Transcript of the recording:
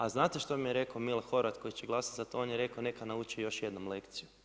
A znate šta mi je rekao Mile Horvat koji će glasati za to, on je rekao neka nauči još jednom lekciju.